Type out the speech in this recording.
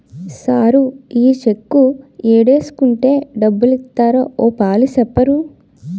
sir ఈ cheque ఏడేసుకుంటే డబ్బులిత్తారో ఓ పాలి సెప్పరూ